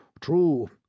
True